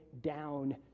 down